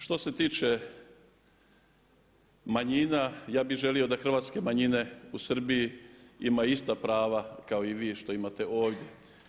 Što se tiče manjina ja bi želio da hrvatske manjine u Srbiji imaju ista prava kao i vi što imate ovdje.